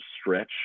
stretch